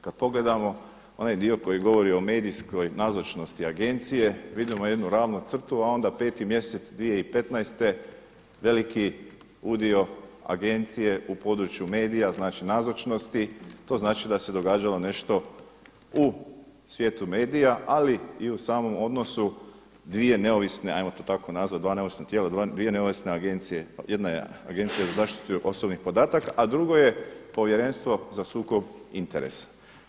Kad pogledamo onaj dio koji govori o nazočnosti Agencije, vidimo jednu ravnu crtu, a onda 5. mjesec 2015. veliki udio Agencije u području medija, znači nazočnosti, to znači da se događalo nešto u svijetu medija, ali i u samom odnosu dvije neovisne ajmo to tako nazvat, dva neovisna tijela, jedna je Agencija za zaštitu osobnih podataka, a drugo je Povjerenstvo za sukob interesa.